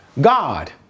God